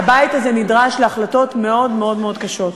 הבית הזה נדרש להחלטות מאוד מאוד מאוד קשות,